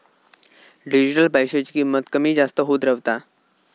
digital पैशाची किंमत कमी जास्त होत रव्हता